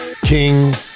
king